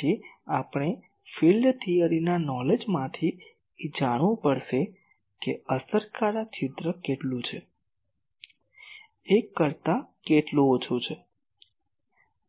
તેથી આપણે ફીલ્ડ થિયરીના નોલેજમાંથી એ જાણવું પડશે કે અસરકારક છિદ્ર કેટલું છે એક કરતા કેટલું ઓછું છે